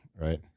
right